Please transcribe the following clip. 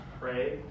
pray